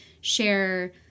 share